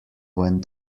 when